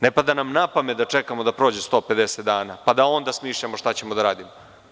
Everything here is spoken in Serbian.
Ne pada nam na pamet da čekamo da prođe 150 dana, pa da onda smišljamo šta ćemo da radimo.